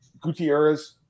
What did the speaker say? Gutierrez